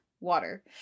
Water